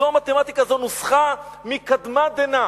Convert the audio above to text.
זו המתמטיקה, זו נוסחה מקדמת דנא.